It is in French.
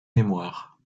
mémoire